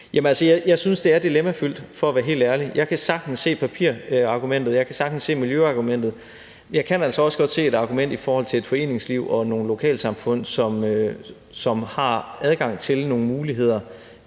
jeg synes, det er dilemmafyldt for at være helt ærlig. Jeg kan sagtens se papirargumentet, og jeg kan sagtens se miljøargumentet. Jeg kan altså også godt se et argument i forhold til et foreningsliv og nogle lokalsamfund, som har adgang til nogle muligheder